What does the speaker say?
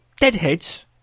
Deadheads